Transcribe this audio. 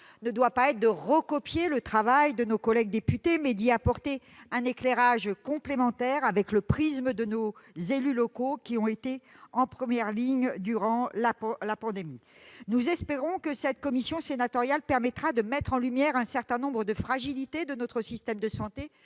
non pas de recopier le travail de nos collègues députés, mais d'y apporter un éclairage complémentaire sous le prisme de nos élus locaux qui ont été en première ligne durant la pandémie. Nous espérons que cette commission sénatoriale permettra de mettre en lumière un certain nombre de fragilités de notre système de santé